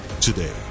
today